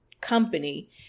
company